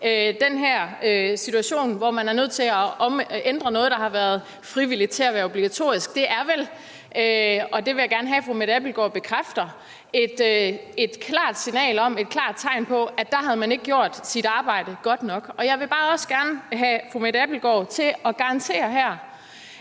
den her situation, hvor man er nødt til at ændre noget, der har været frivilligt, til at være obligatorisk, så er det vel – og det vil jeg gerne have at fru Mette Abildgaard bekræfter – et klart tegn på, at der havde man ikke gjort sit arbejde godt nok. Jeg vil også bare gerne have fru Mette Abildgaard til at garantere her,